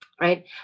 right